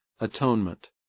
Atonement